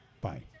Bye